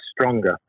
stronger